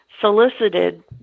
solicited